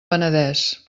penedès